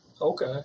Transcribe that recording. okay